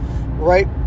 Right